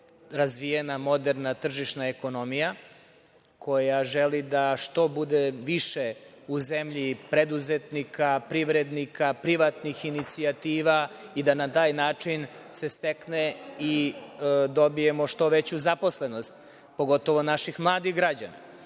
razvijena, moderna, tržišna ekonomija, koja želi da što bude više u zemlji preduzetnika, privrednika, privatnih inicijativa i da na taj način se stekne i dobijemo što veću zaposlenost, pogotovo naših mladih građana. Ali,